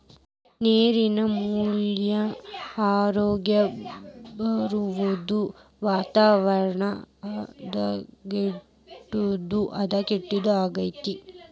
ನೇರಿನ ಮಾಲಿನ್ಯಾ, ರೋಗಗಳ ಬರುದು ವಾತಾವರಣ ಹದಗೆಡುದು ಅಕ್ಕತಿ